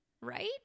right